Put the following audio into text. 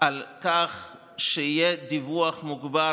על כך שיהיה דיווח מוגבר